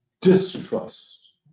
distrust